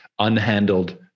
unhandled